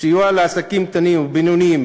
סיוע לעסקים קטנים ובינוניים,